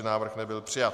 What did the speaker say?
Návrh nebyl přijat.